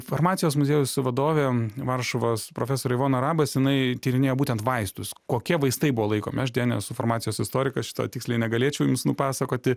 farmacijos muziejaus vadovė varšuvos profesorė von arabas jinai tyrinėja būtent vaistus kokie vaistai buvo laikomi aš nesu farmacijos istorikas šito tiksliai negalėčiau jums nupasakoti